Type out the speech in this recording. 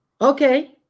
Okay